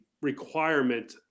requirement